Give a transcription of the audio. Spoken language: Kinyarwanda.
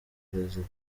prezida